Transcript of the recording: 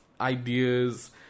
ideas